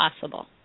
possible